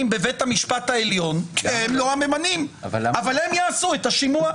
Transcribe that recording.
בבית המשפט העליון כי הם לא הממנים אבל הם יעשו את השימוע.